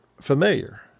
familiar